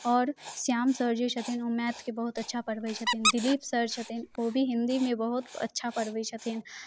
आओर श्याम सर जे छथिन ओ मैथके बहुत अच्छा पढ़बै छथिन दिलीप सर छथिन ओ भी हिन्दीमे बहुत अच्छा पढ़बै छथिन